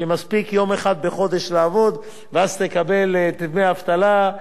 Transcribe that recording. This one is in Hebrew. ומספיק לעבוד יום אחד בחודש ואז תקבל את דמי האבטלה.